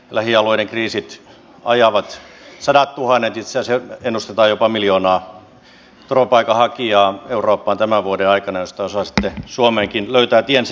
lähialueiden kriisit ajavat sadattuhannet eurooppaan itse asiassa ennustetaan jopa miljoonaa turvapaikanhakijaa eurooppaan tämän vuoden aikana joista osa sitten suomeenkin löytää tiensä